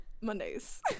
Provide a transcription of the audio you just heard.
mondays